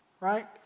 right